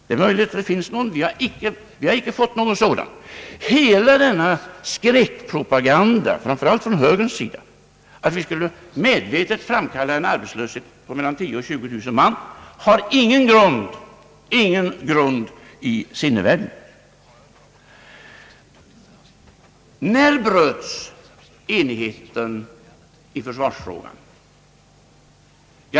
Det är möjligt att det finns någon enda man, men vi har inte fått något sådant exempel. Hela denna skräckpropaganda framför allt från högerns sida som gått ut på att vi medvetet skulle framkalla arbetslöshet för mellan 10000 och 20000 man har ingen grund i sinnevärlden. När bröts enigheten i försvarsfrågan?